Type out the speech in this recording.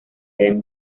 deben